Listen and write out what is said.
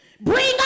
bring